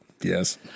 Yes